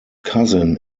cousin